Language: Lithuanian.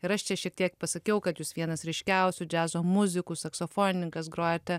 ir aš čia šiek tiek pasakiau kad jūs vienas ryškiausių džiazo muzikų saksofonininkas grojate